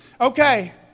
Okay